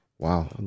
Wow